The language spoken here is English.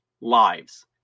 lives